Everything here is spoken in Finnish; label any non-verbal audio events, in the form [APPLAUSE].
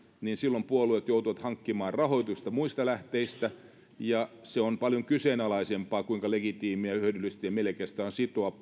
niin silloin puolueet joutuvat hankkimaan rahoitusta muista lähteistä ja se on paljon kyseenalaisempaa että kuinka legitiimiä ja hyödyllistä ja mielekästä on sitoa [UNINTELLIGIBLE]